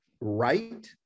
right